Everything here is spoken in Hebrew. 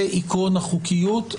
ועקרון החוקיות.